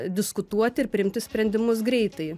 diskutuoti ir priimti sprendimus greitai